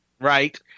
Right